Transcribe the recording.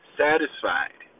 satisfied